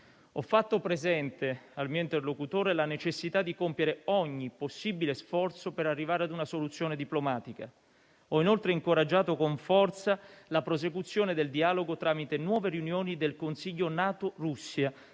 Ho fatto presente al mio interlocutore la necessità di compiere ogni possibile sforzo per arrivare a una soluzione diplomatica. Ho inoltre incoraggiato con forza la prosecuzione del dialogo tramite nuove riunioni del Consiglio NATO-Russia,